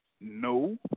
No